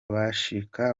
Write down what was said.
bashika